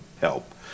help